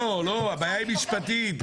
לא, הבעיה היא משפטית.